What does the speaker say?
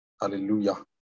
Hallelujah